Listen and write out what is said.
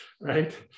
right